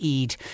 Eid